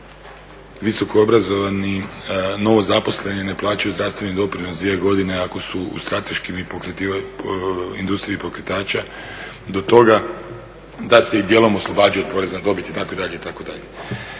visokoobrazovani novozaposleni ne plaćaju zdravstveni doprinos dvije godine ako su u strateškoj industriji pokretača do toga da se i dijelom oslobađaju od poreza na dobit itd.,